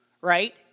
Right